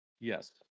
Yes